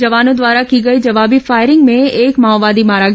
जवानों द्वारा की गई जवाबी फायरिंग में एक माओवादी मारा गया